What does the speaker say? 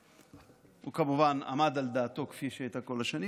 הוא כמובן עמד על דעתו כפי שהייתה כל השנים,